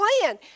plan